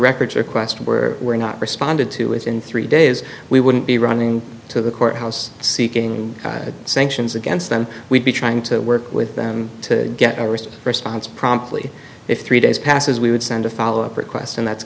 records request were we're not responded to within three days we wouldn't be running to the court house seeking sanctions against them we'd be trying to work with them to get a wrist response promptly if three days passes we would send a follow up request and that's